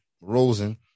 Rosen